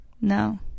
no